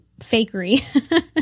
fakery